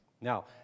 Now